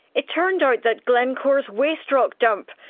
it turned out that glencore's waste rock dump,